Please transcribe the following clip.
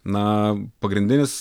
na pagrindinis